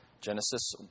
Genesis